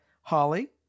Holly